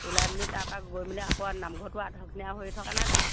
ওলাই মেলি তাৰপৰা গৈ মেলি আকৌ নামঘৰতো আধাখনীয়াা হৈ থকা নাই জানো